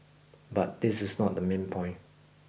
but this is not the main point